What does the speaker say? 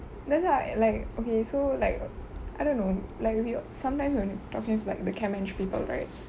that's why like okay so like I don't know like we sometimes when talking like the chem eng people right